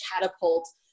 catapult